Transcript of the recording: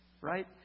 right